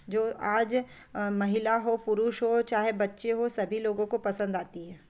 जो आज महिला हो पुरुष हो चाहे बच्चे हों सभी लोगों को पसंद आती है